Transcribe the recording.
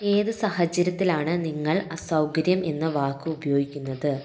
ഏത് സാഹചര്യത്തിലാണ് നിങ്ങൾ അസൗകര്യം എന്ന വാക്ക് ഉപയോഗിക്കുന്നത്